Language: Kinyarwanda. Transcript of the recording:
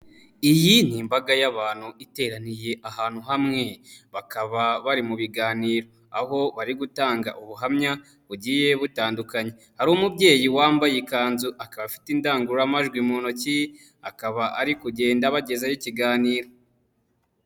Iyi ni imbaga y'abantu iteraniye ahantu hamwe bakaba bari mu biganiro aho bari gutanga ubuhamya bugiye butandukanye, hari umubyeyi wambaye ikanzu akaba afite indangururamajwi mu ntoki akaba ari kugenda abagezaho ikiganiro.